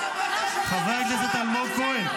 --- חבר הכנסת אלמוג כהן.